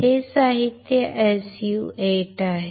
हे साहित्य SU 8 आहे ठीक आहे